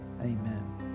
Amen